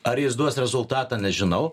ar jis duos rezultatą nežinau